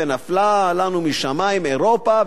ונפלה לנו משמים אירופה,